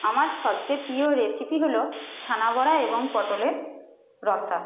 আমার সবচেয়ে প্রিয় রেসিপি হলো ছানাবড়া এবং পটলের রসা